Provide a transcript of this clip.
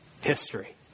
history